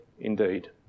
indeed